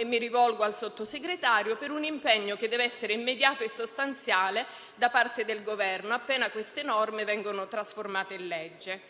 - mi rivolgo al Sottosegretario - per un impegno che deve essere immediato e sostanziale da parte del Governo appena queste norme vengono trasformate in legge.